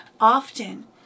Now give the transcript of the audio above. Often